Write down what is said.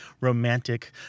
romantic